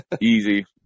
easy